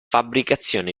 fabbricazione